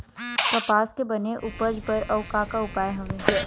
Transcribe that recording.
कपास के बने उपज बर अउ का का उपाय हवे?